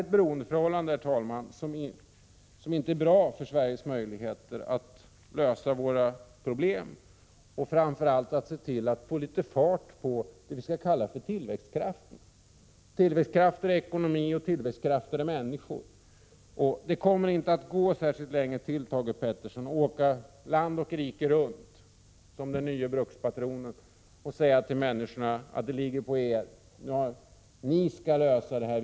Detta beroendeförhållande är inte bra för Sveriges möjligheter att lösa sina problem, och inte för våra möjligheter att få litet fart på tillväxtkraften i ekonomin och hos människorna. Det kommer inte att gå särskilt länge till, Thage Peterson, att åka land och rike runt som den nye brukspatronen och säga till människorna: Det ligger på er. Ni skall lösa det här.